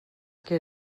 que